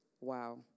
Wow